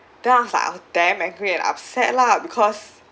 then I was like I was damn angry and upset lah because